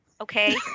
okay